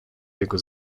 jego